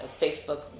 Facebook